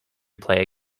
player